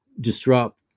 disrupt